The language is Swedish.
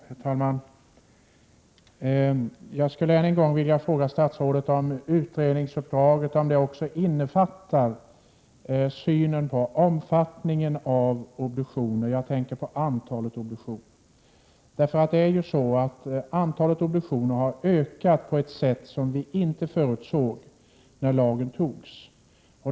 Herr talman! Jag skall än en gång fråga statsrådet om utredningsuppdraget även innefattar synen på omfattningen av obduktionerna. Jag tänker då på antalet obduktioner. Antalet har nämligen ökat på ett sätt som vi inte förutsåg när lagen antogs.